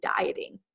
dieting